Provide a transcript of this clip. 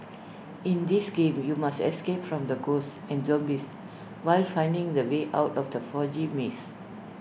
in this game you must escape from the ghosts and zombies while finding the way out of the foggy maze